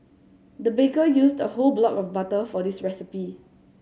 the baker used a whole block of butter for this recipe